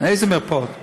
איזה מרפאות?